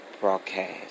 broadcast